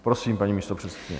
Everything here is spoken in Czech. Prosím, paní místopředsedkyně.